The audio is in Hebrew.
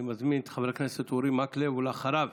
אני מזמין את חבר הכנסת אורי מקלב, ואחריו,